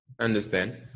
understand